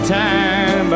time